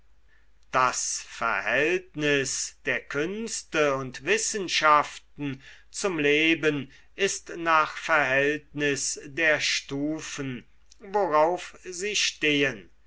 das verhältnis der künste und wissenschaften zum leben ist nach verhältnis der stufen worauf sie stehen